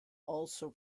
also